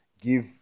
give